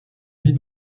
vie